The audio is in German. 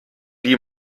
die